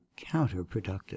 counterproductive